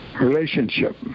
relationship